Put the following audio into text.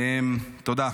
תודה.